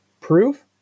proof